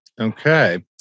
Okay